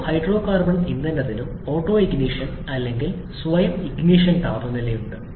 ഓരോ ഹൈഡ്രോകാർബൺ ഇന്ധനത്തിനും ഓട്ടോഇഗ്നിഷൻ അല്ലെങ്കിൽ സ്വയം ഇഗ്നിഷൻ താപനിലയുണ്ട്